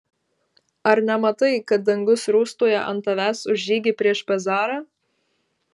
ar nematai kad dangus rūstauja ant tavęs už žygį prieš pezarą